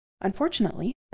Unfortunately